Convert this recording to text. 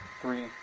Three